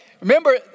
Remember